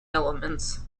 elements